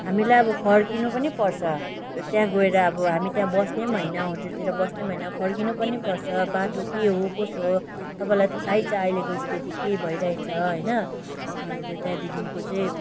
हामीलाई अब फर्किनु पनि पर्छ त्यहाँ गएर हामी त्यहाँ बस्ने होइन होटेलतिर बस्ने होइन फर्किनु पनि पर्छ बाटो के हो कसो हो तपाईँलाई त थाहै छ अहिलेको स्थिति के भइरहेछ होइन अन्त त्यहाँदेखिको चाहिँ